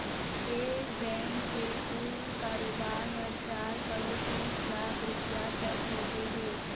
ए bank के कुल कारोबार ह चार करोड़ तीस लाख रूपिया तक होगे हे